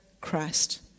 Christ